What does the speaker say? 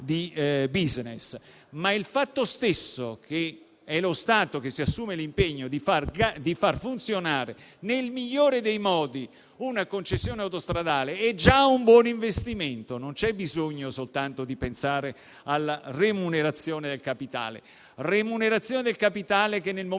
Ma il fatto stesso che è lo Stato ad assumersi l'impegno di far funzionare nel migliore dei modi una concessione autostradale è già un buon investimento; non bisogna pensare soltanto alla remunerazione del capitale che, nel momento